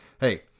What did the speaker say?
hey